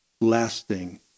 lasting